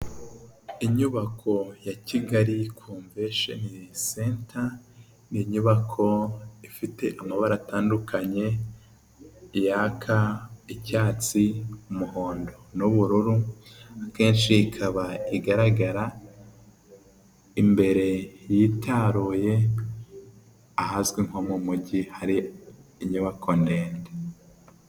Inyubako ya Kigali komvesheni senta, ni inyubako ifite amabara atandukanye yaka icyatsi, umuhondo n'ubururu, akenshi ikaba igaragara imbere yitaruye, ahazwi nko mu mujyi hari inyubako ndende.